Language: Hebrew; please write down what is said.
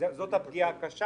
זאת הפגיעה הקשה,